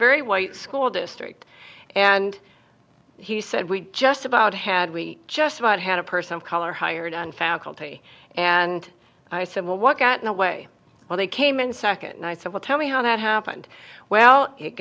very white school district and he said we just about had we just about had a person of color hired on faculty and i said well what got no way when they came in second and i said well tell me how that happened well it